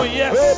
yes